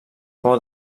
por